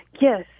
yes